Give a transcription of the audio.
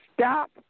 stop